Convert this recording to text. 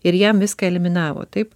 ir jam viską eliminavo taip